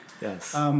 Yes